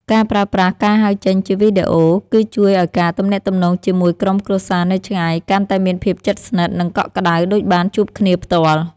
ការប្រើប្រាស់ការហៅចេញជាវីដេអូ គឺជួយឱ្យការទំនាក់ទំនងជាមួយក្រុមគ្រួសារនៅឆ្ងាយកាន់តែមានភាពជិតស្និទ្ធ និងកក់ក្ដៅដូចបានជួបគ្នាផ្ទាល់។